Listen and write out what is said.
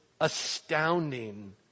astounding